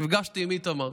נפגשתי עם איתמר,